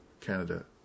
Canada